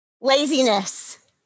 laziness